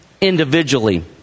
individually